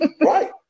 Right